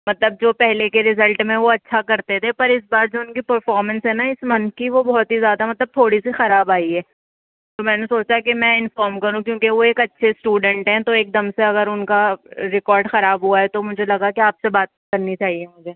مطلب جو پہلے کے ریزلٹ میں وہ اچھا کرتے تھے پر اس بار جو ان کی پرفارمنس ہے نا اس منتھ کی وہ بہت ہی زیادہ مطلب تھوڑی سی خراب آئی ہے تو میں نے سوچا کی میں انفارم کروں کیونکہ وہ ایک اچھے اسٹوڈنٹ ہیں تو ایک دم سے اگر ان کا ریکارڈ خراب ہوا ہے تو مجھے لگا کہ آپ سے بات کرنی چاہیے مجھے